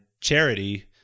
Charity